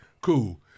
cool